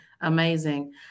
amazing